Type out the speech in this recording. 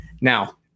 Now